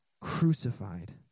crucified